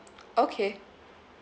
okay